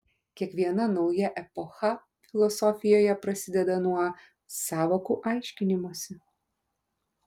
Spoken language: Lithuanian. kiekviena nauja epocha filosofijoje prasideda nuo sąvokų aiškinimosi